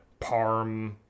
parm